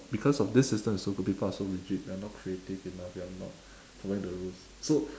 because of this system it's so good people are so rigid we are not creative enough we are not following the rules so